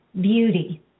beauty